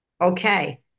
okay